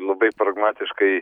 labai pragmatiškai